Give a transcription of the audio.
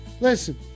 listen